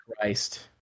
Christ